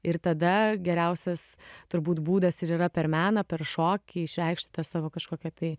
ir tada geriausias turbūt būdas ir yra per meną per šokį išreikšt tą savo kažkokią tai